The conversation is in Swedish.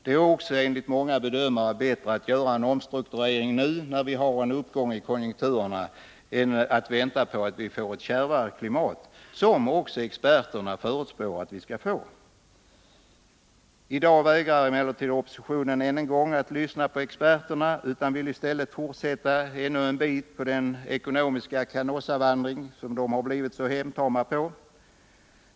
Det är också enligt många bedömare bättre att göra en omstrukturering nu, när vi har en uppgång i konjunkturerna, än att vänta på att vi får ett kärvare klimat, som experterna förutspår att vi skall få. I dag vägrar emellertid oppositionen än en gång att lyssna på experterna utan vill i stället fortsätta ännu en bit på den ekonomiska canossavandring som de blivit så hemtama med.